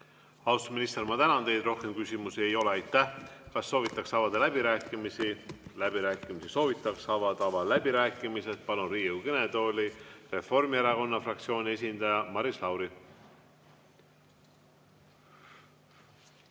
minister, ma tänan teid! Rohkem küsimusi ei ole. Kas soovitakse avada läbirääkimisi? Läbirääkimisi soovitakse avada. Avan läbirääkimised. Palun Riigikogu kõnetooli Reformierakonna fraktsiooni esindaja Maris Lauri.